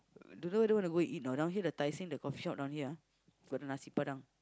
d~ do you wanna go eat or not down here the Tai Seng the coffeeshop down here ah got the nasi-padang